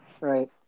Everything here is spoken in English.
right